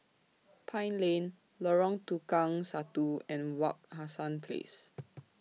Pine Lane Lorong Tukang Satu and Wak Hassan Place